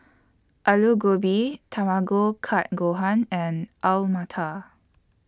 Alu Gobi Tamago Kake Gohan and Alu Matar